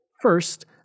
First